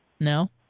No